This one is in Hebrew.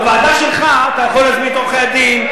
בוועדה שלך אתה יכול להזמין את עורכי-הדין,